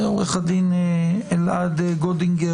נבקש אחרי זה התייחסויות של גורמי הממשלה,